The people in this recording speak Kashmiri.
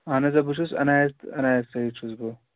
اَہَن حظ آ بہٕ چھُس عنایت عنایت سعید چھُس بہٕ